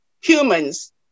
humans